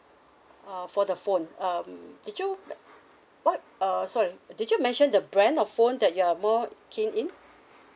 uh for the phone um did you what uh sorry did you mention the brand of phone that you're more keen in